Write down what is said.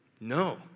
No